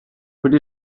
pwy